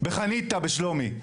בחניתה, בשלומי?